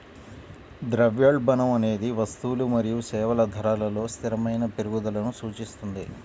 ద్రవ్యోల్బణం అనేది వస్తువులు మరియు సేవల ధరలలో స్థిరమైన పెరుగుదలను సూచిస్తుంది